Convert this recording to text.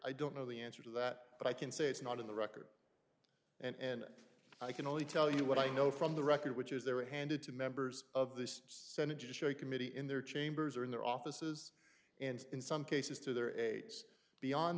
i don't know the answer to that but i can say it's not in the record and i can only tell you what i know from the record which is they were handed to members of the senate judiciary committee in their chambers or in their offices and in some cases to their aides beyond